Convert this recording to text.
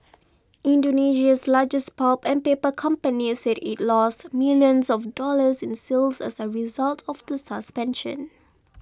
Indonesia's largest pulp and paper company said it lost millions of dollars in sales as a result of the suspension